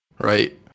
Right